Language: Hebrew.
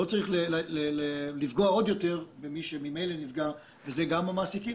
לא צריך לפגוע עוד יותר במי שממילא נפגע וזה גם המעסיקים.